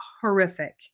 horrific